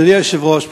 אדוני היושב-ראש,